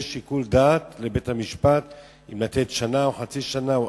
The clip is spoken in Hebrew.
זה שיקול דעת לבית-המשפט אם לתת שנה או חצי שנה,